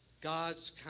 God's